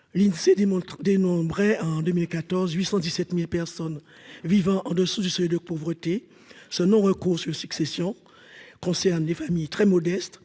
démontre dénombrait en 2014 817000 personnes vivant en dessous du seuil de pauvreté, ce non recours sur succession concerne les familles très modestes